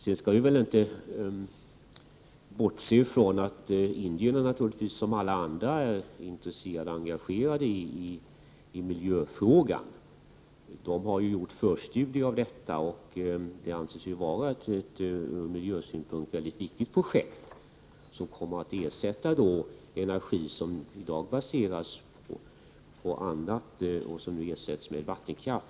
Vi skall väl inte heller bortse från att indierna, som alla andra, är intresserade och engagerade i miljöfrågan. Indierna har gjort förstudier, och det anses vara ett från miljösynpunkt mycket viktigt projekt. Energi som i dag baseras på annat än vattenkraft kommer nu att ersättas av just vattenkraft.